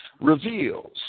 reveals